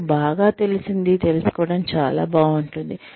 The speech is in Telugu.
మీకు బాగా తెలిసినది తెలుసుకోవడం చాలా బాగుంటుంది